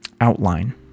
outline